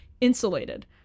insulated